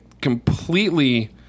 completely